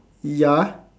ya